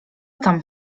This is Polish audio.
tam